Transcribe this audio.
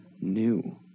new